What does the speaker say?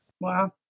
Wow